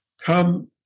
come